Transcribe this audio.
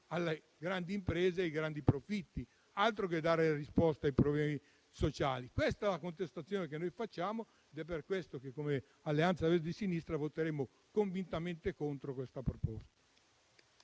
alla grande impresa e ai grandi profitti; altro che dare risposta ai problemi sociali! Questa è la contestazione che noi rivolgiamo ed è per questo che come Alleanza Verdi e Sinistra voteremo convintamente contro il disegno